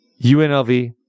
UNLV